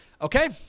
okay